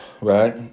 Right